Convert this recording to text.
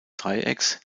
dreiecks